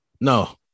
No